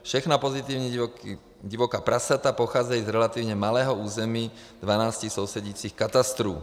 Všechna pozitivní divoká prasata pocházejí z relativně malého území dvanácti sousedících katastrů.